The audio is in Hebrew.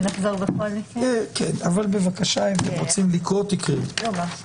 אתם רוצים לקרוא, תקראו.